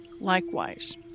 likewise